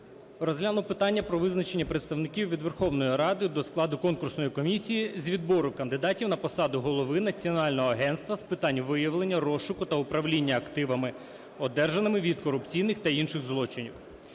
розглянув питання про визначення представників від Верховної Ради до складу конкурсної комісії з відбору кандидатів на посаду Голови Національного агентства з питань виявлення, розшуку та управління активами, одержаними від корупційних та інших злочинів.